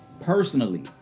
Personally